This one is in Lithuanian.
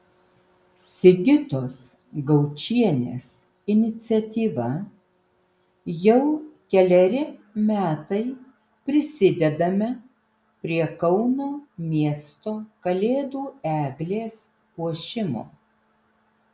sigitos gaučienės iniciatyva jau keleri metai prisidedame prie kauno miesto kalėdų eglės puošimo